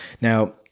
Now